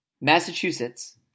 Massachusetts